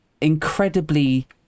incredibly